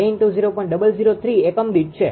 003 એકમ દીઠ છે